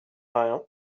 rien